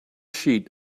sheet